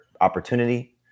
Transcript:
opportunity